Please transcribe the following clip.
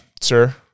sir